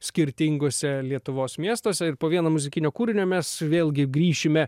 skirtinguose lietuvos miestuose ir po vieno muzikinio kūrinio mes vėlgi grįšime